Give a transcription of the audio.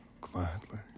gladly